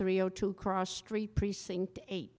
three o two cross street precinct eight